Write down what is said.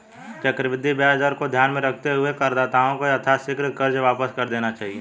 चक्रवृद्धि ब्याज दर को ध्यान में रखते हुए करदाताओं को यथाशीघ्र कर्ज वापस कर देना चाहिए